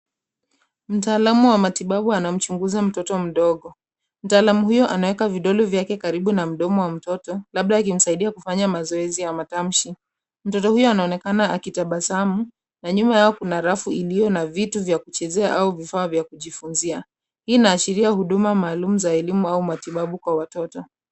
Mtaalum wa matibabu anamchunguza mtoto mdogo, mtaalum huyo anaweka vidole vyake karibu na mdomo wa mtoto, labda akimsaidia kufanya mazoezi ya matamshi. Mtoto huyo anaonekana akitabasamu, na nyuma yao kuna rafu iliyo na vitu vya kuchezea, au vifaa vya kujifunzia. Hii inaashiria huduma maalum za elimu, au matibabu kwa watoto.